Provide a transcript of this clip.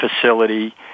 facility